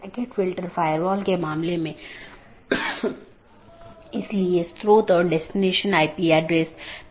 BGP निर्भर करता है IGP पर जो कि एक साथी का पता लगाने के लिए आंतरिक गेटवे प्रोटोकॉल है